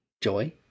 Joy